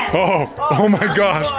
oh my gosh!